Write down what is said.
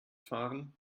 fahren